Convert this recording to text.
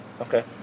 Okay